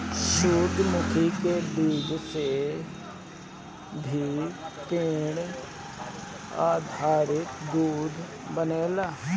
सूरजमुखी के बीज से भी पेड़ आधारित दूध बनेला